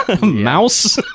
Mouse